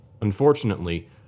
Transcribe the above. Unfortunately